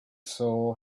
saw